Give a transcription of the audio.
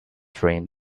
dream